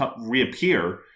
reappear